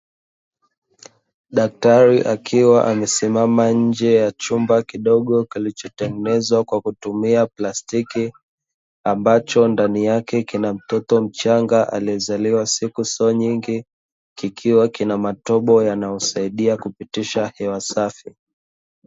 Daktari akiwa amesimama nje ya chumba kidogo kilichotengenezwa kwa kutumia plastiki, ambacho ndani yake kuna mtoto mchanga aliyezaliwa siku siyo nyingi, kikiwa na matobo yanayosaidia kupitisha hewa safi.